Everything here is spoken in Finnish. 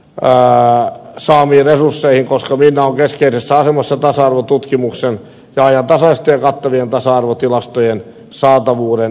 arvotiedon keskus minnan saamiin resursseihin koska minna on keskeisessä asemassa tasa arvotutkimuksen ja ajantasaisten ja kattavien tasa arvotilastojen saatavuuden turvaamisessa